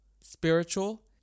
spiritual